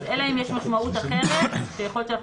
אלא אם יש משמעות אחרת יכול להיות שאנחנו